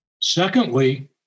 Secondly